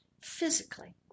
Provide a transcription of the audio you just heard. physically